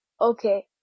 Okay